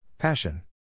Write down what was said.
Passion